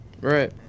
Right